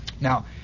Now